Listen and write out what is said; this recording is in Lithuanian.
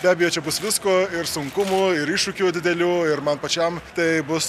be abejo čia bus visko ir sunkumų ir iššūkių didelių ir man pačiam tai bus